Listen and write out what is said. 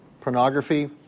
Pornography